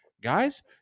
Guys